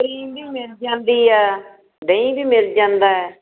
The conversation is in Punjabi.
ਕ੍ਰੀਮ ਵੀ ਮਿਲ ਜਾਂਦੀ ਹੈ ਦਹੀਂ ਵੀ ਮਿਲ ਜਾਂਦਾ ਏ